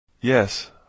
Yes